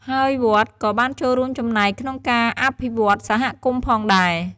ហើយវត្តក៏បានចូលរួមចំណែកក្នុងការអភិវឌ្ឍន៍សហគមន៍ផងដែរ។